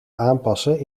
aanpassen